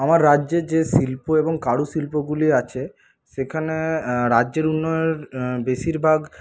আমার রাজ্যে যে শিল্প এবং কারু শিল্পগুলি আছে সেখানে রাজ্যের উন্নয়ন বেশিরভাগ